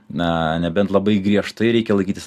na nebent labai griežtai reikia laikytis